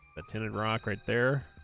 a tinted rock right there